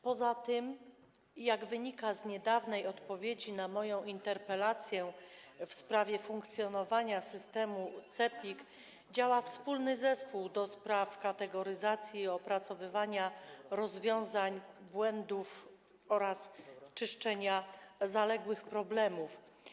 Poza tym, jak wynika z niedawnej odpowiedzi na moją interpelację w sprawie funkcjonowania systemu CEPiK, działa wspólny zespół ds. kategoryzacji i opracowywania rozwiązań błędów oraz czyszczenia zaległych problemów.